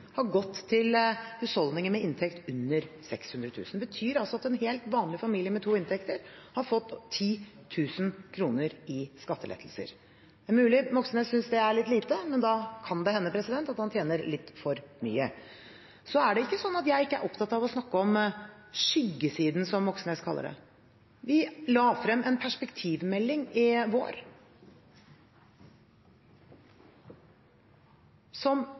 har gått til husholdninger med inntekt under 600 000 kr. Det betyr altså at en helt vanlig familie med to inntekter, har fått 10 000 kr i skattelettelser. Det er mulig Moxnes synes det er litt lite, men da kan det hende at han tjener litt for mye. Det er ikke sånn at ikke jeg er opptatt av å snakke om skyggesiden, som Moxnes kaller det. Vi la frem en perspektivmelding i vår, som